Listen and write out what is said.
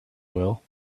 will